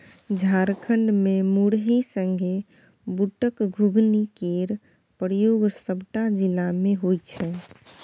झारखंड मे मुरही संगे बुटक घुघनी केर प्रयोग सबटा जिला मे होइ छै